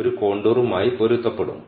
ഒരു കോണ്ടുറുമായി പൊരുത്തപ്പെടും